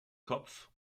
kopf